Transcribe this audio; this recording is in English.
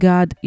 God